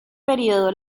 período